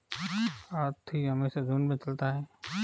हाथी हमेशा झुंड में चलता है